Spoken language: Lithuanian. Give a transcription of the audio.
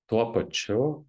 tuo pačiu